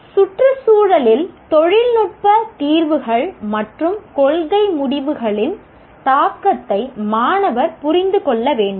சுற்றுச்சூழலில் தொழில்நுட்ப தீர்வுகள் மற்றும் கொள்கை முடிவுகளின் தாக்கத்தை மாணவர் புரிந்து கொள்ள வேண்டும்